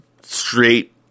straight